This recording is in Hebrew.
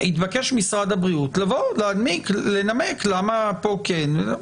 התבקש משרד הבריאות לבוא ולנמק למה כאן כן.